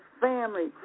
family